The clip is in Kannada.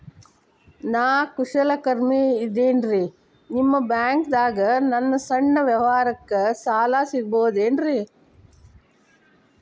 ನಾ ಕುಶಲಕರ್ಮಿ ಇದ್ದೇನ್ರಿ ನಿಮ್ಮ ಬ್ಯಾಂಕ್ ದಾಗ ನನ್ನ ಸಣ್ಣ ವ್ಯವಹಾರಕ್ಕ ಸಾಲ ಸಿಗಬಹುದೇನ್ರಿ?